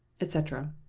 etc.